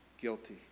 guilty